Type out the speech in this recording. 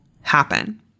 happen